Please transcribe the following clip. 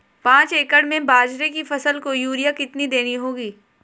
पांच एकड़ में बाजरे की फसल को यूरिया कितनी देनी होगी?